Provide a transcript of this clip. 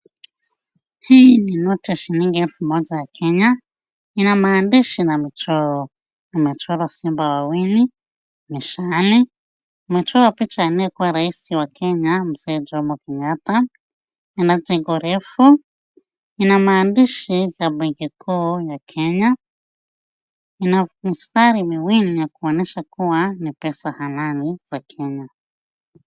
Hii ni noti ya shilingi elfu moja ya kenya. Ina maandishi na michoro. Imechorwa simba wawili na mishale. Imechorwa picha ya aliyekuwa rais wa kenya Mzee Jomo Kenyatta. Ina jengo refu. Ina maandishi ya benki kuu ya kenya. Ina mistari miwili yakuonyesha kuwa ni pesa halali ya nchi ya Kenya.